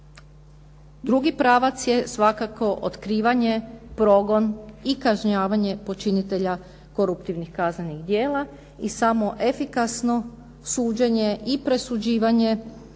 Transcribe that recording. Drugi pravac je svakako otkrivanje, progon i kažnjavanje počinitelja korumptivnih kaznenih djela i samo efikasno suđenje i presuđivanje